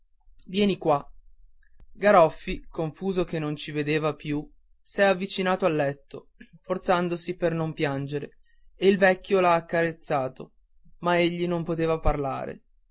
vieni qua garoffi confuso che non ci vedeva più s'è avvicinato al letto forzandosi per non piangere e il vecchio l'ha carezzato ma egli non poteva parlare